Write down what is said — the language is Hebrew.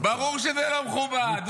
ברור שזה לא מכובד.